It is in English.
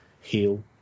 heal